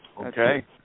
Okay